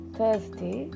Thursday